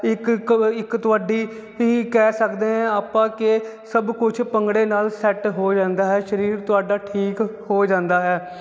ਇੱਕ ਕੋ ਇੱਕ ਤੁਹਾਡੀ ਇਹੀ ਕਹਿ ਸਕਦੇ ਹਾਂ ਆਪਾਂ ਕਿ ਸਭ ਕੁਛ ਭੰਗੜੇ ਨਾਲ ਸੈਟ ਹੋ ਜਾਂਦਾ ਹੈ ਸਰੀਰ ਤੁਹਾਡਾ ਠੀਕ ਹੋ ਜਾਂਦਾ ਹੈ